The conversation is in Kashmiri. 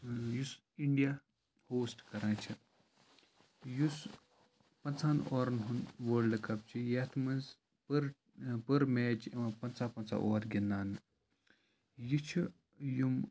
یُس اِنڈِیا ہُوسٹ کران چھِ یُس پَںٛژاہَن اُورَن ہُنٛد وٲلڈٕ کَپ چھِ یَتھ منٛز پٔر پٔر مِیچ یِوان چھِ پَنٛژاہ پَنٛژاہ اُوَر گِنٛدناونہٕ یہِ چھِ یِم